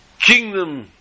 kingdom